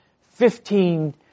Fifteen